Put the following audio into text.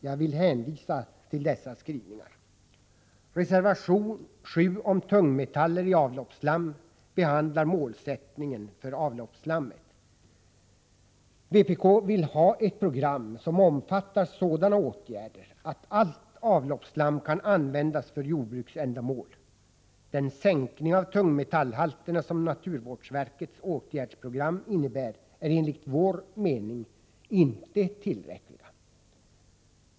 Jag hänvisar till skrivningen i reservationen. I reservation 7 om tungmetaller i avloppsslam behandlas målsättningen beträffande avloppsslammet. Vpk vill ha ett program som omfattar sådana åtgärder att allt avloppsslam kan användas för jordbruksändamål. Den sänkning av tungmetallhalterna som naturvårdsverkets åtgärdsprogram innebär är, enligt vår mening, inte tillräcklig.